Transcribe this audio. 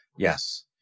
Yes